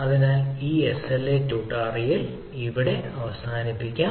അതിനാൽ ഈ SLA tutorial ഇവിടെ അവസാനിപ്പിക്കാം